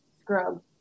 scrub